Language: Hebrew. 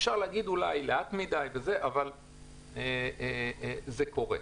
אפשר אולי להגיד שזה קורה לאט מדי, אבל זה קורה.